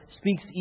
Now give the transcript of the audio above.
speaks